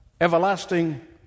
everlasting